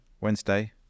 Wednesday